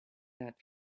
that